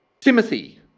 Timothy